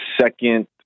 second